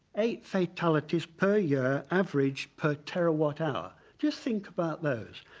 eight fatalities per year average per terrawatt hour. just think about those.